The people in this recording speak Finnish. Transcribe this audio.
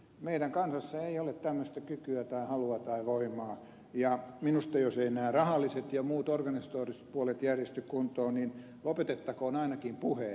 meidän kansassamme ei ole tämmöistä kykyä tai halua tai voimaa ja minusta jos eivät nämä rahalliset ja muut organisatoriset puolet järjesty kuntoon niin lopetettakoon ainakin puheet